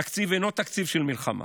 התקציב אינו תקציב של מלחמה.